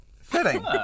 Fitting